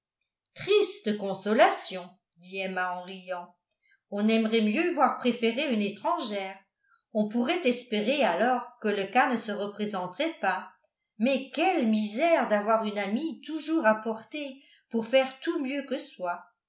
en riant on aimerait mieux voir préférer une étrangère on pourrait espérer alors que le cas ne se représenterait pas mais quelle misère d'avoir une amie toujours à portée pour faire tout mieux que soi